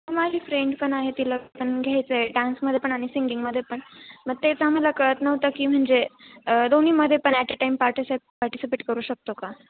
माझी फ्रेंड पण आहे तिला पण घ्यायचं आहे डान्समध्ये पण आणि सिंगिंगमध्ये पण मग तेच आम्हाला कळत नव्हतं की म्हणजे दोन्हीमध्ये पण ॲट अ टाईम पार्टीसि पार्टिसिपेट करू शकतो का